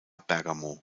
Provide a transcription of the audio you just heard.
bergamo